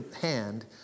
hand